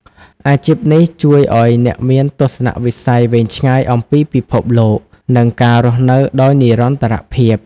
អាជីពនេះជួយឱ្យអ្នកមានទស្សនវិស័យវែងឆ្ងាយអំពីពិភពលោក និងការរស់នៅដោយនិរន្តរភាព។